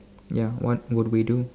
ya what would we do